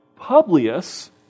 Publius